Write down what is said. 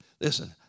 Listen